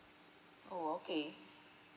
oh okay